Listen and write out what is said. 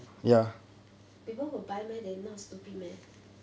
people will buy meh they not stupid meh